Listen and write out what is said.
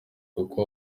kuko